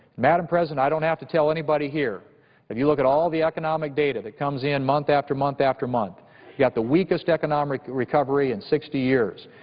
madam president, i don't have to tell anybody here if you look at all the economic data that comes in and month after month after month, you've got the weakest economic recovery in sixty years.